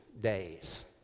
days